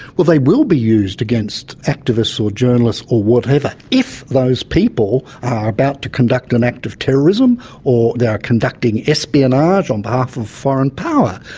well, they will be used against activists or journalists or whatever if those people are about to conduct an act of terrorism or they are conducting espionage on behalf of a foreign power.